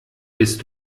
bist